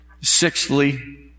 Sixthly